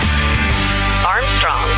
Armstrong